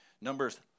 Numbers